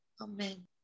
Amen